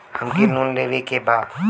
हमके लोन लेवे के बा?